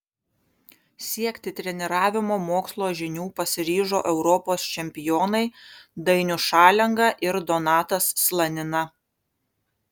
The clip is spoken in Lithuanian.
siekti treniravimo mokslo žinių pasiryžo europos čempionai dainius šalenga ir donatas slanina